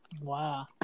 Wow